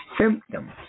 symptoms